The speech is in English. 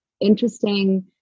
interesting